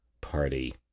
Party